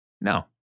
No